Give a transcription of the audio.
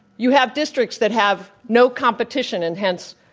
you have districts that have no competition and hence,